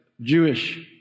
Jewish